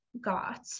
got